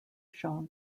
shown